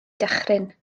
dychryn